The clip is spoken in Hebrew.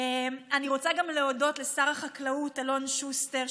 אני רוצה גם להודות לשר החקלאות אלון שוסטר,